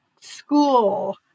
school